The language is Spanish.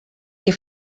que